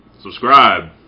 Subscribe